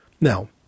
Now